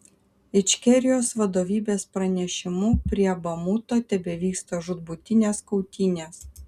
ičkerijos vadovybės pranešimu prie bamuto tebevyksta žūtbūtinės kautynės